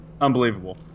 unbelievable